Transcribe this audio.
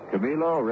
Camilo